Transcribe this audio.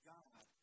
God